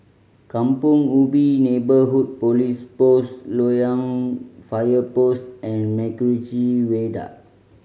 Kampong Ubi Neighbourhood Police Post Loyang Fire Post and MacRitchie Viaduct